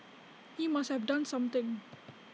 he must have done something